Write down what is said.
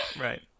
right